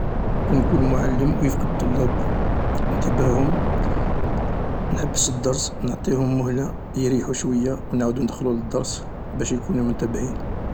لوكان نكون معلم و يفقد الطلاب انتباههم، نحبس الدرس نعطيلهم مهلة يريحو شويا و نعاود ندخلو للدرس باش يكونو منتبهين.